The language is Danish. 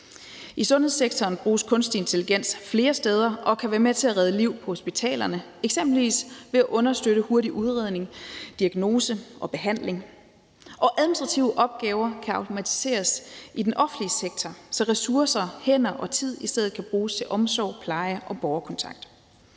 I sundhedssektoren bruges kunstig intelligens flere steder og kan være med til at redde liv på hospitalerne, eksempelvis ved at understøtte hurtig udredning, diagnose og behandling. Og administrative opgaver kan automatiseres i den offentlige sektor, så ressourcer, hænder og tid i stedet kan bruges til omsorg, pleje og borgerkontakt.